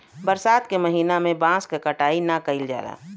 बरसात के महिना में बांस क कटाई ना कइल जाला